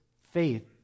faith